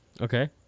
Okay